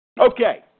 Okay